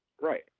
right